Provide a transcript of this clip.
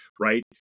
right